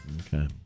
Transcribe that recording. Okay